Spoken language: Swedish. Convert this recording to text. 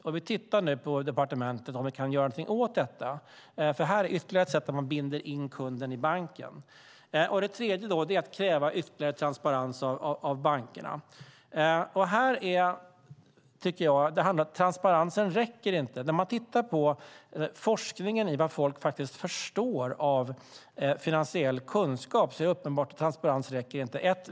På departementet tittar vi nu på om vi kan göra något åt detta. Här har man nämligen ett ytterligare sätt att binda in kunden i banken. Sedan ska vi kräva ytterligare transparens av bankerna. När man tittar på forskning om vad folk faktiskt förstår av finansiell information är det uppenbart att transparensen i dag inte räcker.